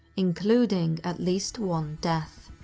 including at least one death.